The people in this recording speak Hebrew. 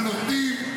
ונותנים,